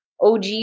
OG